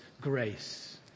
grace